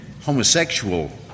homosexual